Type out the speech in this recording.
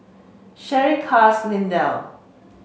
Sherie Cas Lindell